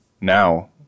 now